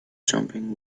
jumping